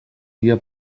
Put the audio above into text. dia